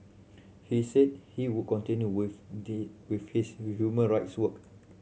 he said he would continue with this with his human rights work